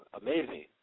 Amazing